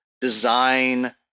design